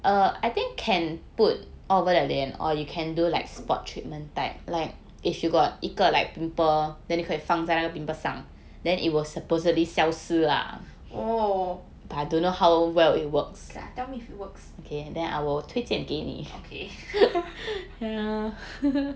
oh okay lah tell me if it works okay